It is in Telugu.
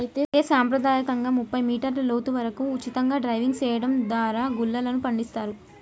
అయితే సంప్రదాయకంగా ముప్పై మీటర్ల లోతు వరకు ఉచితంగా డైవింగ్ సెయడం దారా గుల్లలను పండిస్తారు